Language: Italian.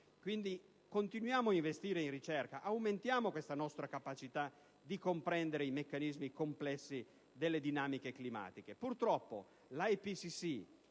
Quindi, continuiamo ad investire in ricerca, aumentiamo questa nostra capacità di comprendere i meccanismi complessi delle dinamiche climatiche.